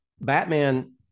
batman